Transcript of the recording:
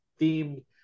themed